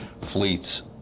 fleets